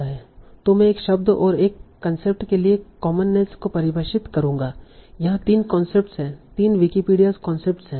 तो मैं एक शब्द और एक कंसेप्ट के लिए कॉमननेस को परिभाषित करूंगा यहाँ तीन कॉन्सेप्ट्स हैं तीन विकिपीडिया कॉन्सेप्ट्स हैं